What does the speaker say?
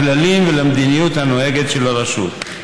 לכללים ולמדיניות הנוהגת של הרשות.